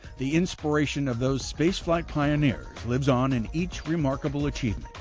the inspiration of those spaceflight pioneers lives on in each remarkable achievement,